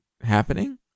happening